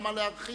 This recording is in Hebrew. למה להרחיק?